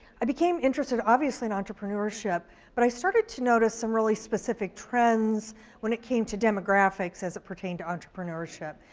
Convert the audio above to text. i became interested obviously in entrepreneurship but i started to notice some really specific trends when he came to demographics as it pertained to entrepreneurship.